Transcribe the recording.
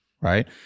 Right